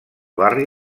barri